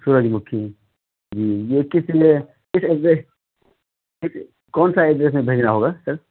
سورج مکھی جی یہ کس لیے کس ایڈریس کس کون سا ایڈریس میں بھیجنا ہوگا سر